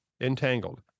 entangled